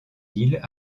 îles